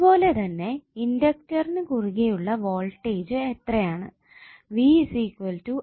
ഇതുപോലെ തന്നെ ഇൻഡക്ടറിനു കുറുകെ ഉള്ള വോൾടേജ് എത്ര ആണ്